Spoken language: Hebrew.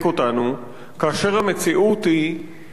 כאשר המציאות היא שהמדינה,